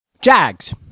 Jags